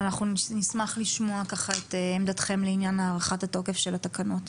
אנחנו נשמח לשמוע את עמדתכם לעניין הארכת התוקף של התקנות.